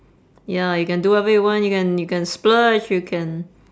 ya you can do whatever you want you can you can splurge you can